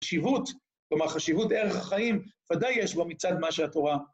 חשיבות, כלומר חשיבות ערך החיים, ודאי יש בו מצד מה של התורה.